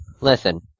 Listen